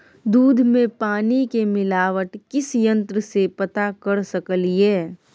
दूध में पानी के मिलावट किस यंत्र से पता कर सकलिए?